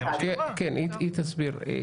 כן, היא תסביר.